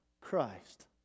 Christ